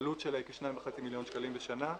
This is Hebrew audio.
העלות שלה היא כ-2.5 מיליון שקלים לשנה.